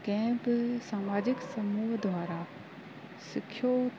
कंहिं बि सामाजिक समूह द्वारा सिखियो